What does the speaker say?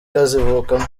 kazivukamo